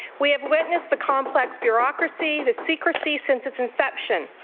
we have witnessed the complex bureaucracy, the secrecy since its inception,